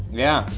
yeah.